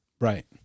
right